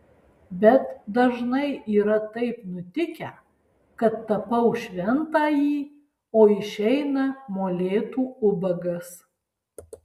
bet dažnai yra taip nutikę kad tapau šventąjį o išeina molėtų ubagas